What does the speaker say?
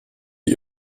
die